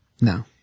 No